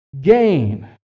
gain